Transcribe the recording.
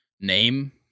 name